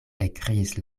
ekkriis